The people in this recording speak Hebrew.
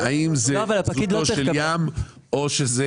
האם זה זוטו של ים או שזה זניח או לא זניח.